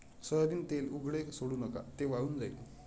soybean तेल उघडे सोडू नका, ते वाळून जाईल